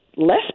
less